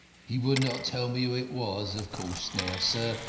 he would not tell me who it was of course now, sir,